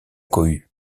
cohue